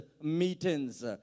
meetings